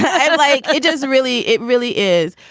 and like it doesn't really. it really is.